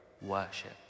worship